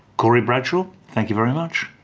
corey bradshaw thank you very much.